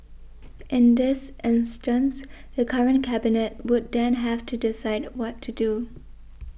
in this instance the current Cabinet would then have to decide what to do